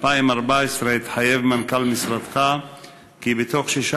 2014 התחייב מנכ"ל משרדך כי בתוך שישה